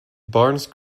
barnes